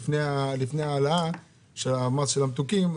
לפני העלאת המס על משקאות מתוקים,